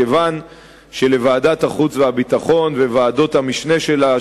כיוון שלוועדת החוץ והביטחון ולוועדות המשנה שלה,